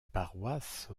paroisse